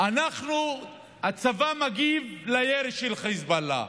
אנחנו, הצבא מגיב לירי של חיזבאללה.